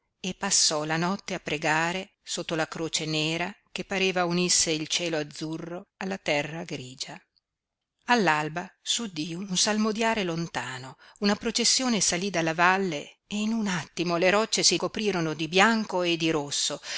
e passò la notte a pregare sotto la croce nera che pareva unisse il cielo azzurro alla terra grigia all'alba s'udí un salmodiare lontano una processione salí dalla valle e in un attimo le rocce si coprirono di bianco e di rosso